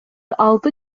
алты